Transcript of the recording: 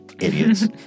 idiots